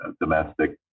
domestic